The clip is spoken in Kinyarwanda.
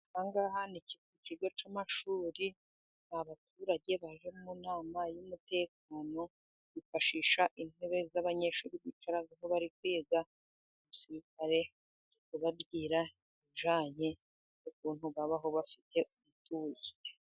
Ahaha ngaha ni kigo cy'amashuri, n'abaturage baje mu nama y'umutekano, bifashisha intebe z'abanyeshuri, bicaraho bari kwiga, abasirikare bari kubabwira, ibijyanye n'ukuntu babaho, bafite umutuzo.